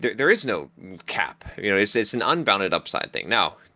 there is no cap. you know it's it's an unbounded upside thing. now,